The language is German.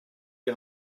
die